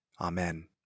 Amen